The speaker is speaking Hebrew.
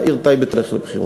העיר טייבה תלך לבחירות.